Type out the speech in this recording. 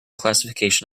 classification